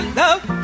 love